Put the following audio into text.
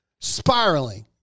spiraling